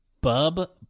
Bub